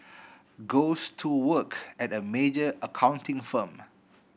goes to work at a major accounting firm